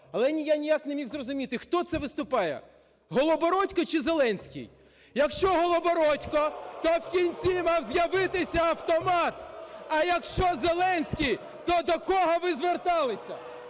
але я ніяк не міг зрозуміти, хто це виступає – Голобородько чи Зеленський. Якщо Голобородько, то вкінці мав з'явитися автомат! А якщо Зеленський, то до кого ви зверталися?